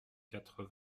quatre